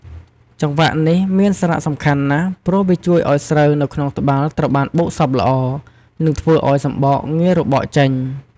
ចង្វាក់នេះមានសារៈសំខាន់ណាស់ ព្រោះវាជួយឱ្យស្រូវនៅក្នុងត្បាល់ត្រូវបានបុកសព្វល្អ និងធ្វើឱ្យសម្បកងាយរបកចេញ។